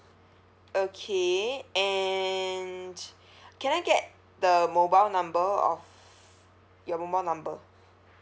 okay and can I get the mobile number of your mobile number